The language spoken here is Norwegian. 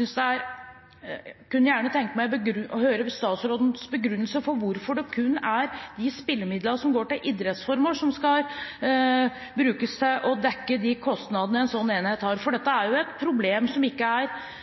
jeg kunne gjerne tenke meg å høre statsrådens begrunnelse for at det kun er de spillemidlene som går til idrettsformål, som skal brukes til å dekke de kostnadene en sånn enhet har. Det er jo ikke idretten som er skyld i at disse problemene oppstår, det er